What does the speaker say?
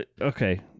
okay